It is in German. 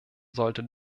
sollte